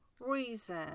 reason